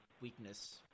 weakness